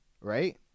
right